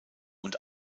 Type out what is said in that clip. und